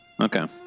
Okay